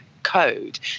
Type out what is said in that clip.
code